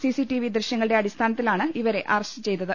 CCTV ദൃശ്യങ്ങളുടെ അടിസ്ഥാനത്തിലാണ് ഇവരെ അറസ്റ്റ് ചെയ്തത്